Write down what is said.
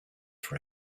for